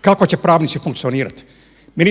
kako će pravnici funkcionirati. Mi